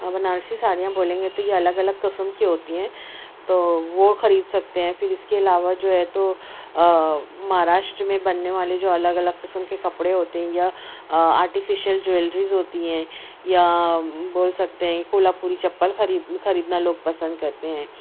بنارسی ساڑیاں بولیں گے تو یہ الگ الگ قسم کی ہوتی ہیں تو وہ خرید سکتے ہیں پھر اس کے علاوہ جو ہے تو مہاراشٹر میں بننے والے جو الگ الگ قسم کے کپڑے ہوتے ہیں یا آرٹیفیشل جویلریز ہوتی ہیں یا بول سکتے ہیں کولہاپوری چپل خرید خریدنا لوگ پسند کرتے ہیں